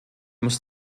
muss